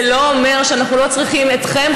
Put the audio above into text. זה לא אומר שאנחנו לא צריכים אתכם,